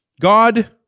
God